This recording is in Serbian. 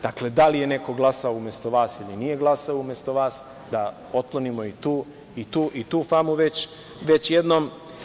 Dakle, da li je neko glasao umesto vas ili nije glasao umesto vas, da otklonimo i tu famu već jednom.